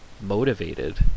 motivated